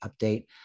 update